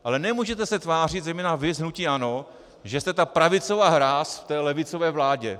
Ale nemůžete se tvářit, zejména vy z hnutí ANO, že jste ta pravicová hráz v levicové vládě.